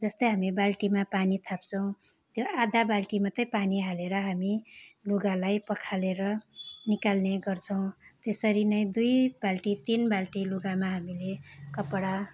जस्तै हामी बाल्टीमा पानी थाप्छौँ त्यहाँ आधा बाल्टी मात्रै पानी हालेर हामी लुगालाई पखालेर निकाल्ने गर्छौँ त्यसरी नै दुई बाल्टी तिन बाल्टी लुगामा हामीले कपडा